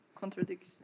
contradiction